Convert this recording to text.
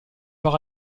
par